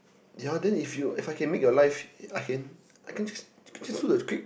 yea then if you if I can make your life I can I can just just do the script